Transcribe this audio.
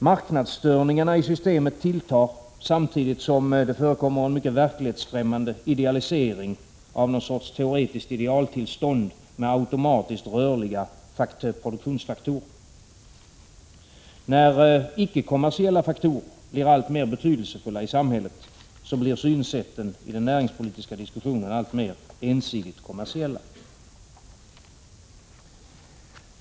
Marknadsstörningarna i systemet tilltar, samtidigt som det förekommer en mycket verklighetsfrämmande idealisering av någon sorts teoretiskt idealtillstånd med automatiskt rörliga produktionsfaktorer. När icke-kommersiella faktorer blir alltmer betydelsefulla i samhället, blir synsätten i den näringspolitiska diskussionen alltmer ensidigt kommersiella.